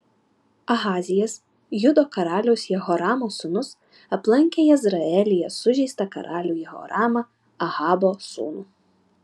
ahazijas judo karaliaus jehoramo sūnus aplankė jezreelyje sužeistą karalių jehoramą ahabo sūnų